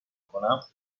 کنم